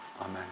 Amen